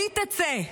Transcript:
והיא תצא,